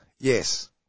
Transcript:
Yes